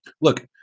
look